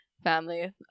family